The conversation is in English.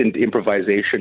improvisation